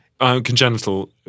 Congenital